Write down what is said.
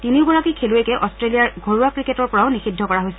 তিনিওগৰাকী খেলুৱৈকে অট্টেলিয়াৰ ঘৰুৱা ক্ৰিকেটৰ পৰাও নিষিদ্ধ কৰা হৈছে